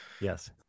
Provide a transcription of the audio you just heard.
Yes